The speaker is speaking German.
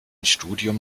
studium